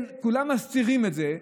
כולם מסתירים את זה.